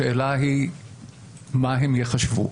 השאלה היא מה הם ייחשבו.